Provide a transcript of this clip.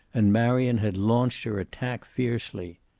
and marion had launched her attack fiercely.